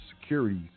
Securities